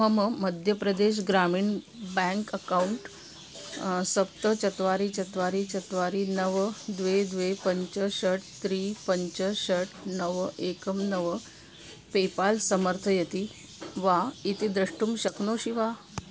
मम Madhya Pradesh Gramin bank account सप्त चत्वारि चत्वारि चत्वारि नव द्वे द्वे पञ्च षट् त्रि पञ्च षट् नव एकं नव पेपाल् समर्थयति वा इति द्रष्टुं शक्नोषि वा